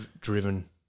driven